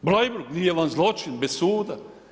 Bleiburg nije vam zločin bez suda.